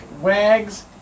Wags